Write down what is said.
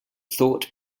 thought